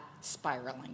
spiraling